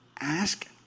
ask